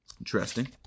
interesting